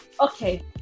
Okay